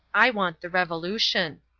i want the revolution.